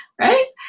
right